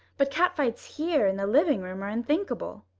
but cat-fights here in the livingroom are unthinkable.